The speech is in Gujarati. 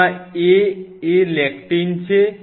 જેમાં A એ લેક્ટીન છે